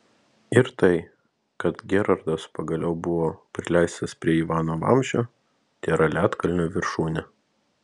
ir tai kad gerhardas pagaliau buvo prileistas prie ivano vamzdžio tėra ledkalnio viršūnė